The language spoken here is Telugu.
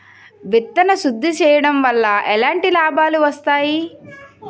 విత్తన శుద్ధి చేయడం వల్ల ఎలాంటి లాభాలు వస్తాయి?